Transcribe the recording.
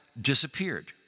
disappeared